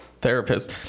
therapist